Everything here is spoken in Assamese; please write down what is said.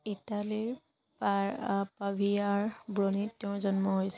ইটালীৰ পাভিয়াৰ ব্ৰনিত তেওঁৰ জন্ম হৈছিল